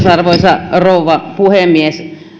arvoisa rouva puhemies